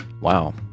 Wow